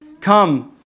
come